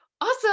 awesome